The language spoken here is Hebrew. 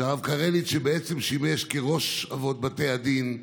שהרב קרליץ, שבעצם שימש כראש אבות בתי הדין הללו,